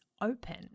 open